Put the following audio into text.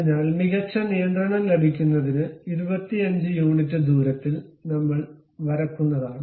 അതിനാൽ മികച്ച നിയന്ത്രണം ലഭിക്കുന്നത് 25 യൂണിറ്റ് ദൂരത്തിൽ നമ്മൾ വരക്കുന്നതാണ്